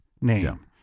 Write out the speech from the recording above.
name